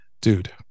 dude